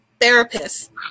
therapist